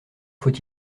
faut